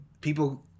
people